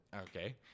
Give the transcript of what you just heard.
okay